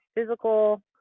physical